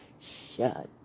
shut